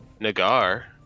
Nagar